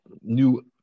new